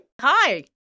Hi